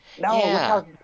No